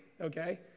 okay